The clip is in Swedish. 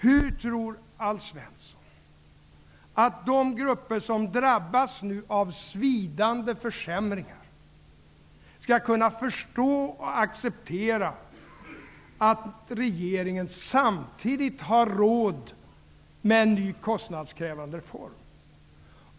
Hur tror Alf Svensson att de grupper som nu drabbas av svidande försämringar skall kunna förstå och acceptera att regeringen samtidigt har råd med en ny kostnadskrävande reform?